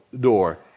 door